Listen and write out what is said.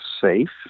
safe